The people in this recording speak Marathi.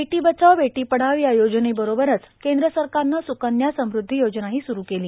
बेटी बचाओ बेटी पढाओ या योजनेच्या बरोबरच केंद्र सरकारनं सुकन्या समृद्धी योजनाही स्ररू केली